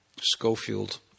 Schofield